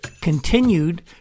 continued